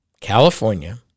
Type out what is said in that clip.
California